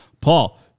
Paul